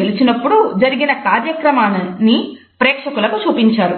గెలిచినప్పుడు జరిగిన కార్యక్రమాన్ని ప్రేక్షకులకు చూపించారు